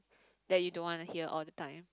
that you don't want to hear all the time